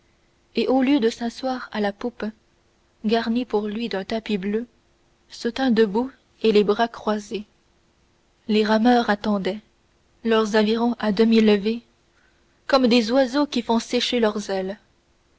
et au lieu de s'asseoir à la poupe garnie pour lui d'un tapis bleu se tint debout et les bras croisés les rameurs attendaient leurs avirons à demi levés comme des oiseaux qui font sécher leurs ailes